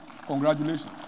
Congratulations